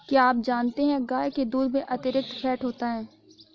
क्या आप जानते है गाय के दूध में अतिरिक्त फैट होता है